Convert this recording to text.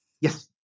Yes